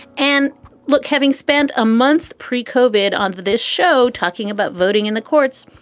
and look, having spent a month pre covered on this show talking about voting in the courts,